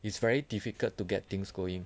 it's very difficult to get things going